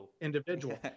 individual